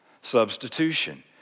substitution